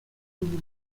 you